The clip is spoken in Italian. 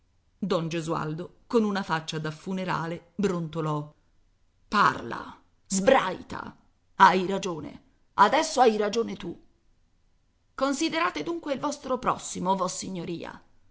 don gesualdo con una faccia da funerale brontolò parla sbraita hai ragione adesso hai ragione tu considerate dunque il vostro prossimo vossignoria